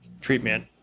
treatment